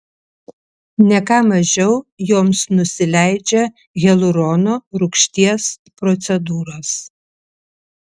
ne ką mažiau joms nusileidžia hialurono rūgšties procedūros